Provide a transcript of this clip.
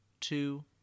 two